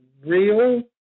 real